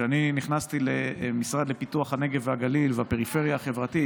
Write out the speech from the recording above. כשאני נכנסתי למשרד לפיתוח הנגב והגליל והפריפריה החברתית,